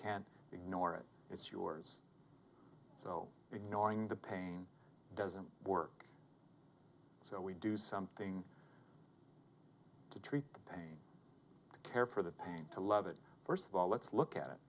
can't ignore it it's yours so ignoring the pain doesn't work so we do something to treat the pain care for the pain to love it first of all let's look at it